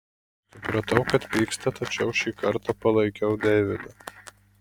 supratau kad pyksta tačiau šį kartą palaikiau deividą